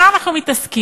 במה אנחנו מתעסקים?